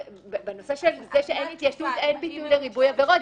בנושא של זה שאין התיישנות אין ביטוי לריבוי עבירות.